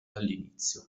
dall’inizio